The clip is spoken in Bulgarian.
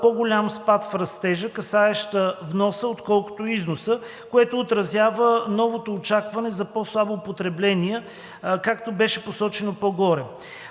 по-голям спад в растежа, касаещ вноса, отколкото износа, което отразява новото очакване за по-слабо потребление, както беше посочено по-горе.